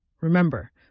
Remember